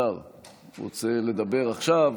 רוצה לדבר עכשיו?